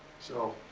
so,